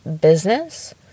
business